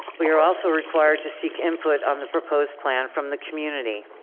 we are also required to seek input on the proposed plan from the community.